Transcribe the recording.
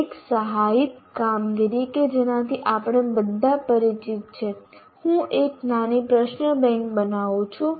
એક સહાયિત કામગીરી કે જેનાથી આપણે બધા પરિચિત છીએ હું એક નાની પ્રશ્ન બેંક બનાવું છું